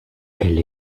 elle